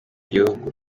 gihugu